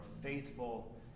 faithful